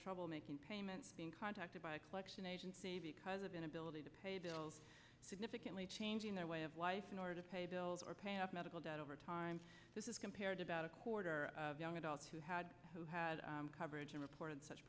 trouble making payments being contacted by a collection agency because of inability to pay bills significantly changing their way of life in order to pay bills or pay off medical debt overtime this is compared to about a quarter of young adults who had who had coverage or reported such